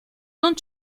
non